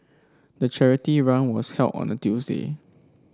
the charity run was held on a Tuesday